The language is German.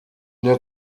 der